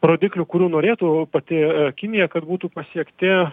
rodiklių kurių norėtų pati kinija kad būtų pasiekti